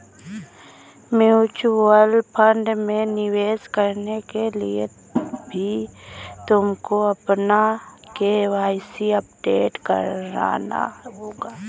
mutual fund में निवेश करने के लिए भी तुमको अपना के.वाई.सी अपडेट कराना होगा